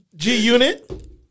G-Unit